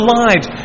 lives